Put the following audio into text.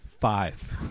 five